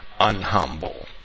unhumble